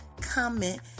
comment